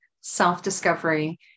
self-discovery